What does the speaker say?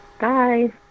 Bye